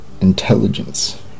intelligence